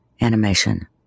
animation